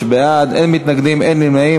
56 בעד, אין מתנגדים, אין נמנעים.